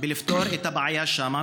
לפתור את הבעיה שם,